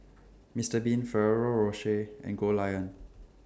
Mr Bean Ferrero Rocher and Goldlion